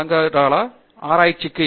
தங்கிராலா ஆராய்ச்சிக்கு